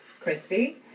Christy